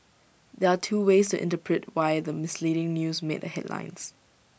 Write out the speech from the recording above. there are two ways interpret why the misleading news made the headlines